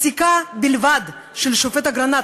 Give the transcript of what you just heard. פסיקה בלבד של השופט אגרנט,